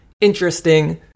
interesting